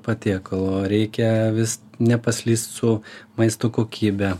patiekalo reikia vis nepaslyst su maisto kokybe